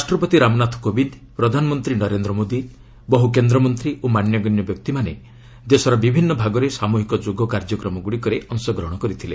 ରାଷ୍ଟ୍ରପତି ରାମନାଥ କୋବିନ୍ଦ ପ୍ରଧାନମନ୍ତ୍ରୀ ନରେନ୍ଦ୍ର ମୋଦୀ ବହ୍ର କେନ୍ଦ୍ରମନ୍ତ୍ରୀ ଓ ମାନ୍ୟଗଣ୍ୟ ବ୍ୟକ୍ତିମାନେ ଦେଶର ବିଭିନ୍ନ ଭାଗରେ ସାମୁହିକ ଯୋଗ କାର୍ଯ୍ୟକ୍ରମଗୁଡ଼ିକରେ ଅଂଶଗ୍ରହଣ କରିଥିଲେ